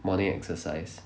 morning exercise